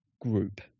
group